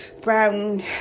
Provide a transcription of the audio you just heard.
brown